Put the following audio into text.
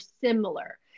similar